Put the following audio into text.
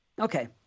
Okay